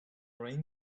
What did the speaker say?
lorraine